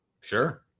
Sure